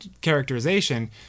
characterization